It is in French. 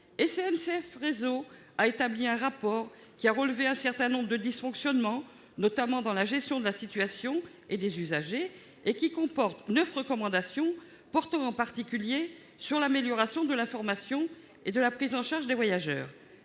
SNCF Réseau a établi un rapport qui a relevé un certain nombre de dysfonctionnements, notamment dans la gestion de la situation et des usagers, et qui comporte neuf recommandations portant en particulier sur l'amélioration de l'information et de la prise en charge des voyageurs.